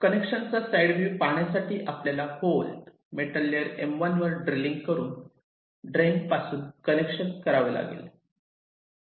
कनेक्शनचा side view पाहण्यासाठी आपल्याला होल मेटल लेअर M1 वर ड्रिलिंग करून ड्रेन पासून कनेक्शन करावे लागते